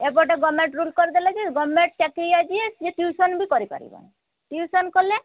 ଏପଟେ government rule କରିଦେଲା ଯେ ଗଭର୍ଣ୍ଣମେଣ୍ଟ ଚାକିରିଆ ଯିଏ ସେ ଟ୍ୟୁସନ୍ ବି କରିପାରିବନି ଟ୍ୟୁସନ୍ କଲେ